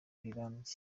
rirambye